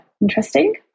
interesting